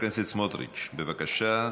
חבר הכנסת סמוטריץ, בבקשה.